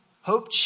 Hope